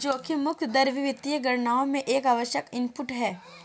जोखिम मुक्त दर भी वित्तीय गणनाओं में एक आवश्यक इनपुट है